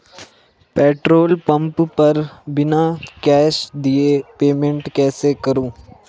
Petrol pump पर बिना cash दिए पेमेंट कैसे करूँ?